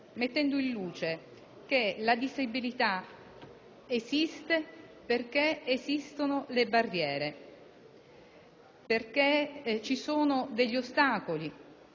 mettendo in luce che la disabilità esiste perché esistono le barriere, che sono ostacoli